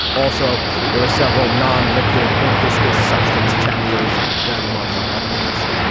also there are several non liquid or vasquez substance chapters. randall munroe up next